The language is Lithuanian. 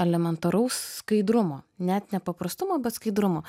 elementaraus skaidrumo net ne paprastumo bet skaidrumo